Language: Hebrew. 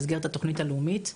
במסגרת התוכנית הלאומית.